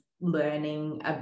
learning